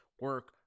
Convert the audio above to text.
Work